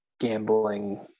gambling